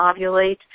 ovulate